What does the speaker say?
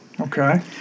Okay